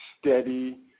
steady